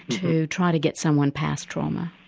to try to get someone past trauma.